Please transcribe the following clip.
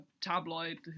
tabloid